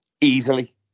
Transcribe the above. easily